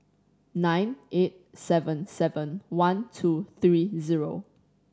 nine eight seven seven one two three zero